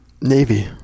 Navy